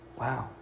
Wow